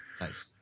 Nice